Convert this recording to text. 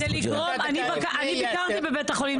ולוקחים לכם גם ריבית נשך על הכסף,